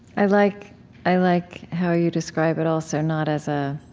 i like i like how you describe it also not as a